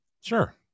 Sure